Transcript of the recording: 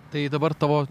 tai dabar tavo